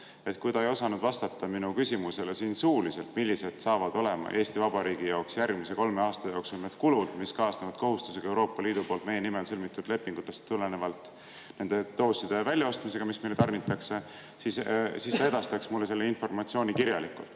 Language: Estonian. kui ta ei osanud vastata minu küsimusele siin suuliselt, millised saavad olema Eesti Vabariigi jaoks järgmise kolme aasta jooksul need kulud, mis kaasnevad kohustusega Euroopa Liidu poolt meie nimel sõlmitud lepingutest tulenevalt need doosid välja osta, mis meile tarnitakse, siis ta edastaks mulle selle informatsiooni kirjalikult.